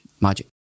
magic